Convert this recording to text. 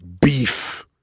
beef